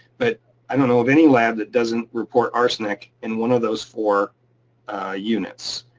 but i don't know of any lab that doesn't report arsenic in one of those four units.